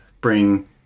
bring